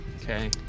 Okay